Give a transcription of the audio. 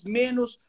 menos